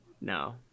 No